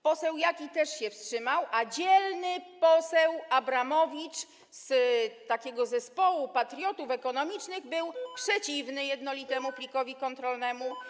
Poseł Jaki też się wstrzymał, a dzielny poseł Abramowicz z zespołu patriotów ekonomicznych był przeciwny jednolitemu plikowi kontrolnemu.